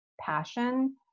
passion